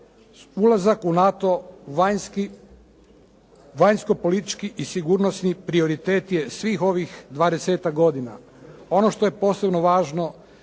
ulazak u NATO vanjsko politički i sigurnosni prioritet je svih ovih 20-ak godina. Ono što je posebno važno